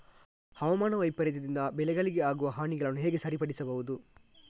ಹವಾಮಾನ ವೈಪರೀತ್ಯದಿಂದ ಬೆಳೆಗಳಿಗೆ ಆಗುವ ಹಾನಿಗಳನ್ನು ಹೇಗೆ ಸರಿಪಡಿಸಬಹುದು?